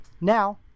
Now